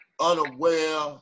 unaware